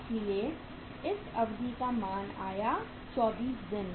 इसलिए यह अवधि का मान आया 24 दिन